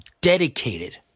dedicated